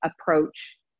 approach